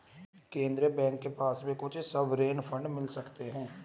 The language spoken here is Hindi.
केन्द्रीय बैंक के पास भी कुछ सॉवरेन फंड मिल सकते हैं